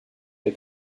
der